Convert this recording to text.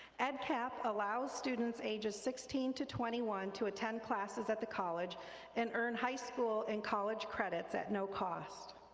edcap allows students ages sixteen to twenty one to attend classes at the college and earn high school and college credits at no cost.